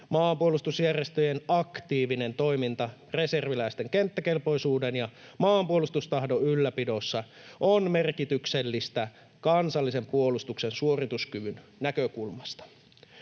Maanpuolustusjärjestöjen aktiivinen toiminta reserviläisten kenttäkelpoisuuden ja maanpuolustustahdon ylläpidossa on merkityksellistä kansallisen puolustuksen suorituskyvyn näkökulmasta,